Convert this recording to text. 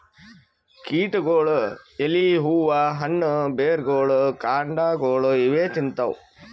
ಕೀಟಗೊಳ್ ಎಲಿ ಹೂವಾ ಹಣ್ಣ್ ಬೆರ್ಗೊಳ್ ಕಾಂಡಾಗೊಳ್ ಇವೇ ತಿಂತವ್